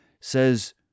says